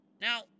Now